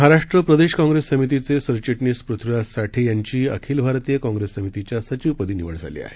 महाराष्ट्रप्रदेशकाँग्रेससमितिचेसरचिटणीसपृथ्वीराजसाठेयांचीअखिलभारतीयकाँग्रेससमितिच्यासचिवपदीनिवडझालीआहे